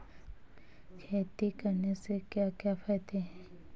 खेती करने से क्या क्या फायदे हैं?